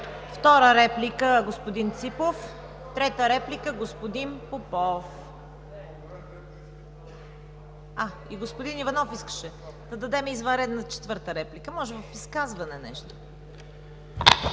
Втора реплика – господин Ципов, трета реплика – господин Попов. И господин Иванов искаше – да дадем извънредна четвърта реплика, може в изказване.